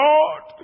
Lord